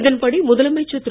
இதன்படி முதலமைச்சர் திரு